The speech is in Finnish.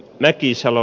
mäkisalo